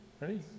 Ready